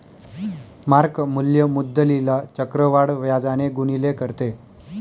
mark मूल्य मुद्दलीला चक्रवाढ व्याजाने गुणिले करते